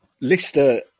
Lister